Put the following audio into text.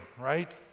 right